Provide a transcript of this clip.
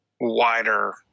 wider